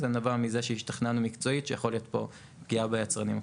זה נבע מזה שהשתכנענו מקצועית שיכולה להיות פה פגיעה ביצרנים הקטנים.